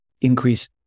increase